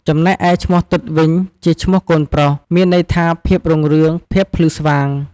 ចំណែកឯឈ្មោះទិត្យវិញជាឈ្មោះកូនប្រុស មានន័យថាភាពរុងរឿង ភាពភ្លឺស្វាង។